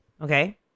okay